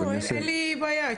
אין לי בעיה.